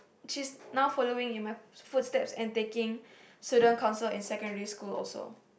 she's now following in my footsteps and taking student council in secondary school also